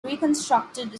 reconstructed